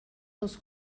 dels